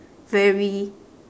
very